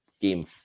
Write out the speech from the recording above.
Game